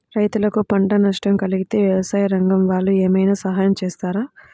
రైతులకు పంట నష్టం కలిగితే వ్యవసాయ రంగం వాళ్ళు ఏమైనా సహాయం చేస్తారా?